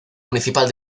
municipal